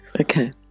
okay